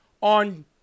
on